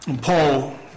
Paul